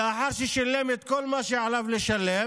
לאחר ששילם את כל מה שהיה עליו לשלם,